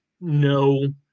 no